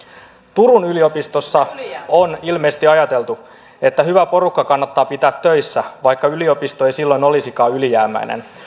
turun yliopistossa on ilmeisesti ajateltu että hyvä porukka kannattaa pitää töissä vaikka yliopisto ei silloin olisikaan ylijäämäinen